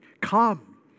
come